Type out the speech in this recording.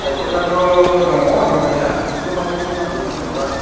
साइकेलआथ' दङ दंनाया नोंसो माबायदिखौ नांगौमोन जेन'बा